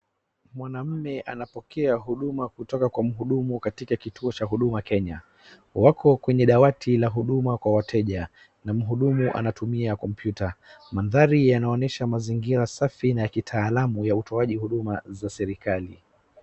Mwanamume anapokea huduma kutoka kwa mhudumu katika kituo cha huduma Kenya. Wako kwenye dawati la huduma kwa wateja, na mhudumu anatumia kompyuta. Mandhari yanaonyesha mazingira safi na ya kitaalamu ya utoaji huduma za serikali.